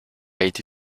été